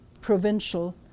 provincial